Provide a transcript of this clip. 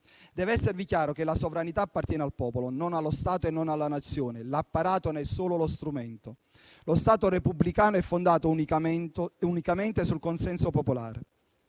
Deve esservi chiaro che la sovranità appartiene al popolo, non allo Stato e non alla Nazione; l'apparato né è solo lo strumento. Lo Stato repubblicano è fondato unicamente sul consenso popolare.